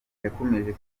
yakomeje